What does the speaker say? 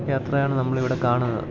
യാത്രയാണ് നമ്മളിവിടെ കാണുന്നത്